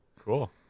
Cool